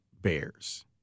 Bears